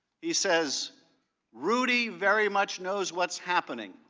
he says rudy very much knows what's happening.